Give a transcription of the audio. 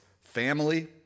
family